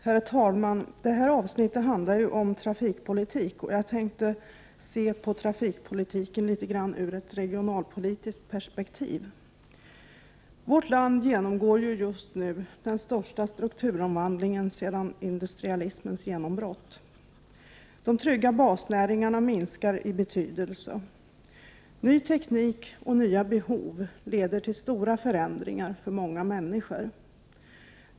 Herr talman! Det här avsnittet av debatten handlar om trafikpolitik. Jag tänkte se på trafikpolitiken litet grand ur ett regionalpolitiskt perspektiv. Vårt land genomgår just nu den största strukturomvandlingen sedan industrialismens genombrott. De trygga basnäringarna minskar i betydelse. Ny teknik och nya behov leder till stora förändringar för många människor.